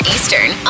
Eastern